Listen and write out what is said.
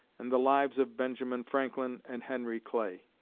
and the lives of benjamin franklin and henry clay.